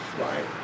Right